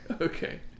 okay